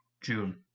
June